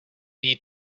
need